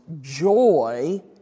joy